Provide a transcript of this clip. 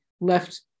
left